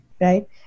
Right